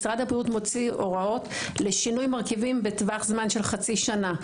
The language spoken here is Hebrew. משרד הבריאות מוציא הוראות לשינוי מרכיבים בטווח של חצי שנה.